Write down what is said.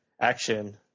action